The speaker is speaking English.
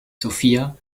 sofia